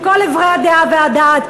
מכל עברי הדעה והדעת.